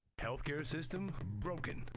healthcare system, broken.